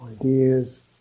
Ideas